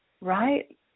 right